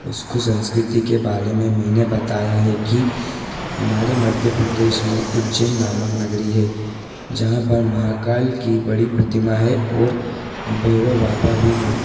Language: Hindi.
उसको संस्कृति के बारे में मैंने बताया है कि हमारे मध्य प्रदेश में उज्जैन नामक नगरी है जहाँ पर महाकाल की बड़ी प्रतिमा है और भैरव बाबा भी हैं